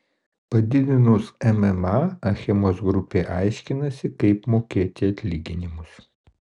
padidinus mma achemos grupė aiškinosi kaip mokėti atlyginimus